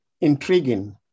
intriguing